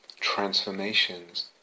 transformations